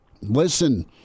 listen